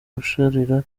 usharira